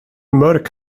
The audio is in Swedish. mörk